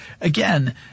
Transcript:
again –